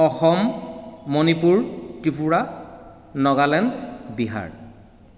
Assam Manipur Tripura Nagaland Bihar